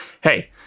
hey